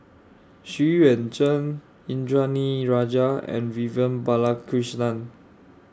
Xu Yuan Zhen Indranee Rajah and Vivian Balakrishnan